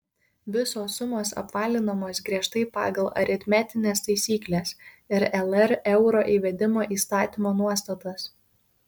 visos sumos apvalinamos griežtai pagal aritmetines taisykles ir lr euro įvedimo įstatymo nuostatas